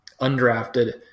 undrafted